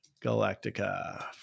Galactica